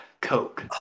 Coke